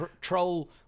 troll